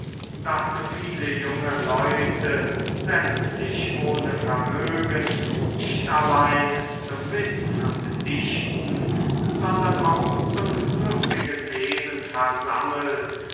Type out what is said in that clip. daß so viele junge leute sämtlich ohne vermögen nicht allein zum wissen und dichten sondern auch zum lustigen leben versammelt